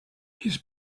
his